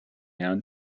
han